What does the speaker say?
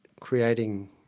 creating